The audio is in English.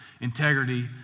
integrity